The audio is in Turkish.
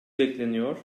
bekleniyor